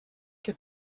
que